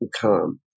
calm